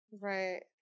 Right